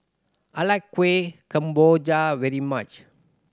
I like Kuih Kemboja very much